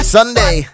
Sunday